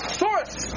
source